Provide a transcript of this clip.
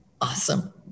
Awesome